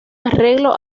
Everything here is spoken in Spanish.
arreglo